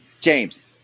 James